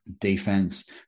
defense